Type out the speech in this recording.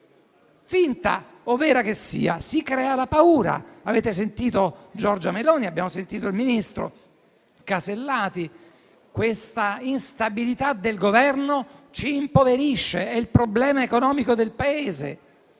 finta o vera che sia, si crea la paura. Abbiamo sentito Giorgia Meloni e il ministro Alberti Casellati: questa instabilità del Governo ci impoverisce, è il problema economico del Paese.